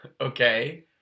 Okay